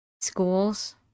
schools